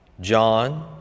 John